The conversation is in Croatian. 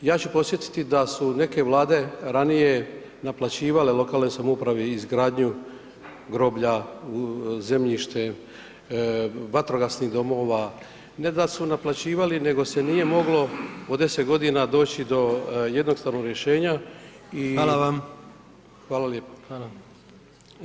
Ja ću podsjetiti da su neke vlade ranije naplaćivale lokalnoj samoupravi izgradnju groblja, zemljište, vatrogasnih domova, ne da su naplaćivali nego se nije moglo po 10 godina doći do jednostavnog rješenja i [[Upadica: Hvala vam.]] hvala lijepo.